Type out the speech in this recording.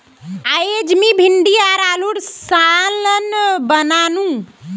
अयेज मी भिंडी आर आलूर सालं बनानु